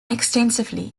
extensively